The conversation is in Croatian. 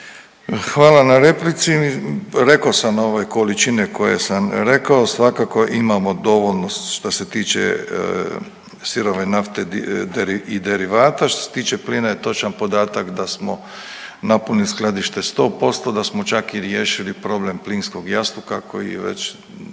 Hvala na replici. Rekao sam ovaj količine koje sam rekao, svakako imamo dovoljno što se tiče sirove nafte i derivata. Što se tiče plina je točan podatak da smo napunili skladište 100%, da smo čak i riješili problem plinskog jastuka koji je već